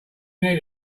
need